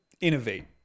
innovate